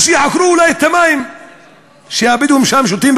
אז שיחקרו אולי את המים שהבדואים שם שותים,